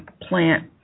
plant